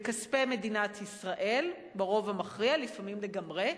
בכספי מדינת ישראל, ברוב המכריע, לפעמים לגמרי,